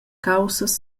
caussas